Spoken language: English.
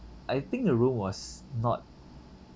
I think the room was not